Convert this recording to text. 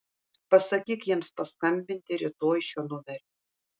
pasakyk jiems paskambinti rytoj šiuo numeriu